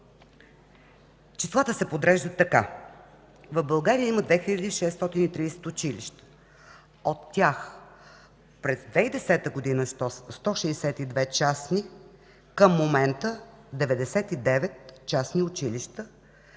числа. Те се подреждат така. В България има 2630 училища. От тях през 2010 г. 162 са частни, към момента са 99 частни училища;